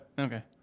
Okay